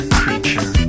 creature